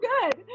good